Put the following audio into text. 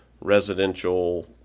residential